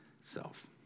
self